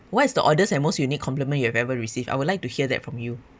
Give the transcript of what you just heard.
what is the oddest and most unique compliment you have ever received I would like to hear that from you